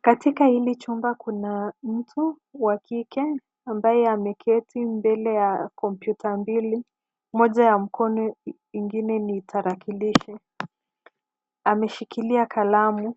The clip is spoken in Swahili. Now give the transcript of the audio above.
Katika hili chumba kuna mtu wa kike ambaye ameketi mbele ya kompyuta mbili, moja ya mkono ingine ni tarakilishi. Ameshikilia kalamu.